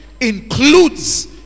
includes